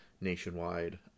nationwide